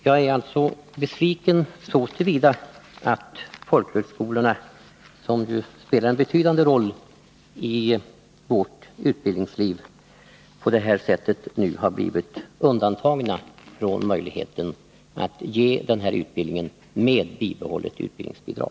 Jag är alltså besviken så till vida att folkhögskolorna, som ju spelar en betydande roll i vårt utbildningsliv, på det här sättet nu har blivit undantagna från möjligheten att ge den här utbildningen med bibehållet utbildningsbidrag.